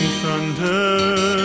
thunder